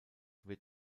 wird